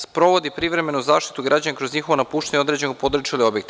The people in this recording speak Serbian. Sprovodi privremenu zaštitu građana kroz njihovo napuštanje određenog područja od objekta.